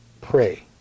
pray